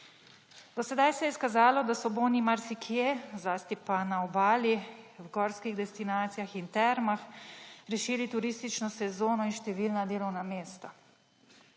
Do sedaj se je izkazalo, da so boni marsikje, zlasti pa na Obali, v gorskih destinacijah in termah, rešili turistično sezono in številna delovna mesta.